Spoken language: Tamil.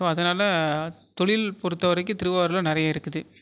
ஸோ அதனால் தொழில் பொறுத்த வரைக்கும் திருவாரூரில் நிறைய இருக்குது